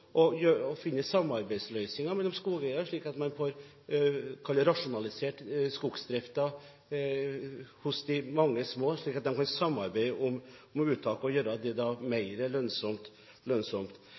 å finne samarbeidsløsninger mellom skogeierne, slik at man får – kall det – rasjonalisert skogsdriften hos de mange små, slik at de kan samarbeide om uttak og gjøre det